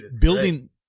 building